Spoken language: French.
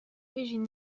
originaire